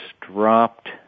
dropped